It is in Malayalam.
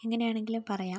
എങ്ങനെയാണെങ്കിലും പറയാം